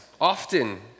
often